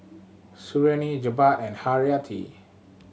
Suriani Jebat and Hayati